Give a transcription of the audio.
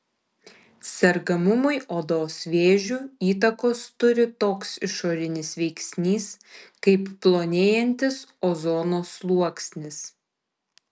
sergamumui odos vėžiu įtakos turi toks išorinis veiksnys kaip plonėjantis ozono sluoksnis